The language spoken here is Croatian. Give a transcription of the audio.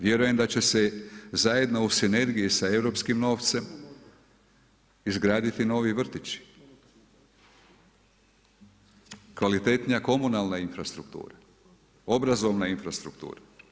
Vjerujem da će se zajedno u sinergiji sa europskim novcem izgraditi novi vrtići, kvalitetnija komunalna infrastruktura, obrazovna infrastruktura.